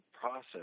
process